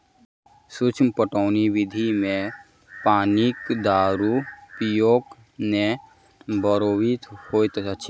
सूक्ष्म पटौनी विधि मे पानिक दुरूपयोग नै के बरोबरि होइत अछि